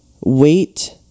wait